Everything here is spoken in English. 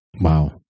Wow